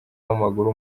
w’amaguru